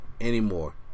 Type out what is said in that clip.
anymore